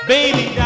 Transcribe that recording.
Baby